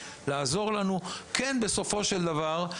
כן לעזור לנו בסופו של דבר.